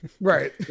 right